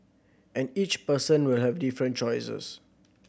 and each person will have different choices